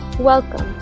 welcome